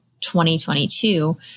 2022